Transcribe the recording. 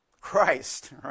Christ